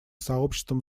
сообществом